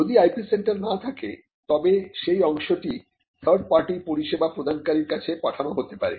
যদি IP centre না থাকে তবে সেই অংশটি থার্ড পার্টি পরিষেবা প্রদানকারীর কাছে পাঠানো হতে পারে